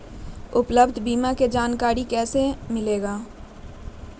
उपलब्ध बीमा के जानकारी कैसे मिलेलु?